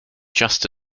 just